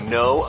no